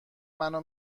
منو